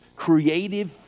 creative